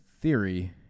theory